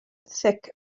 thick